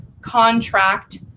contract